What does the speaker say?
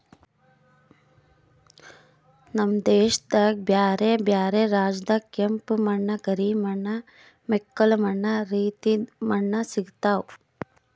ನಮ್ ದೇಶದಾಗ್ ಬ್ಯಾರೆ ಬ್ಯಾರೆ ರಾಜ್ಯದಾಗ್ ಕೆಂಪ ಮಣ್ಣ, ಕರಿ ಮಣ್ಣ, ಮೆಕ್ಕಲು ಮಣ್ಣ ರೀತಿದು ಮಣ್ಣ ಸಿಗತಾವ್